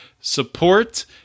support